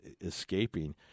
escaping